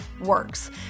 works